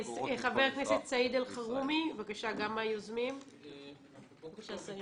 חבר הכנסת סעיד אלחרומי, גם מהיוזמים, בבקשה.